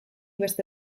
beste